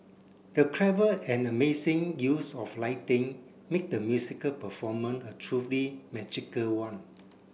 the clever and amazing use of lighting made the musical performance a truly magical one